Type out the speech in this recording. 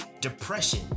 depression